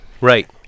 Right